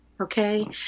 okay